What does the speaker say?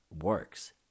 works